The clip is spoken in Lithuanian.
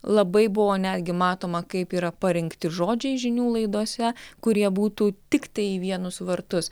labai buvo netgi matoma kaip yra parinkti žodžiai žinių laidose kurie būtų tiktai į vienus vartus